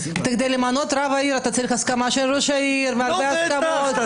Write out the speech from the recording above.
כדי למנות רב עיר אתה צריך הסכמה של ראש העיר והרבה הסכמות,